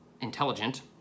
intelligent